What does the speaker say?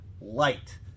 light